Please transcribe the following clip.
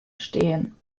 stehen